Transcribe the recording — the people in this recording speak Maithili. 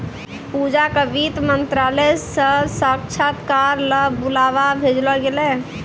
पूजा क वित्त मंत्रालय स साक्षात्कार ल बुलावा भेजलो गेलै